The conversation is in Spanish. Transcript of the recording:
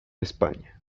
españa